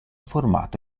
formato